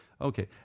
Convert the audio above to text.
Okay